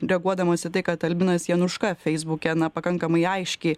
reaguodamas į tai kad albinas januška feisbuke na pakankamai aiškiai